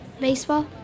Baseball